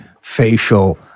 facial